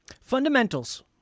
Fundamentals